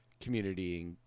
community